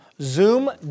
Zoom